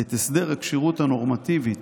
את הסדר הכשירות הנורמטיבית